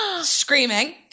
Screaming